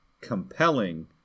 compelling